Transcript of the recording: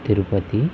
Tirupati